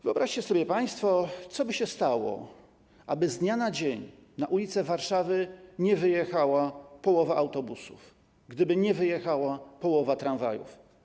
Wyobraźcie sobie państwo, co by się stało, gdyby z dnia na dzień na ulice Warszawy nie wyjechała połowa autobusów, gdyby nie wyjechała połowa tramwajów.